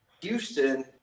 Houston